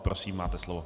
Prosím, máte slovo.